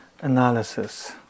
analysis